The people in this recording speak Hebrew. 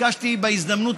אסור לתת יד לדבר